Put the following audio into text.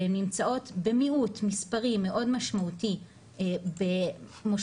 ונמצאות במיעוט מספרי מאוד משמעותי במושבים